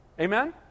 Amen